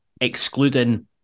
excluding